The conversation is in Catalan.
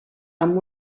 amb